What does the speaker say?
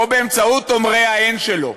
או באמצעות אומרי ההן שלו,